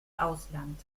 ausland